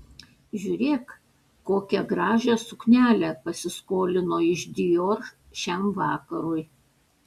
žiūrėk kokią gražią suknelę pasiskolino iš dior šiam vakarui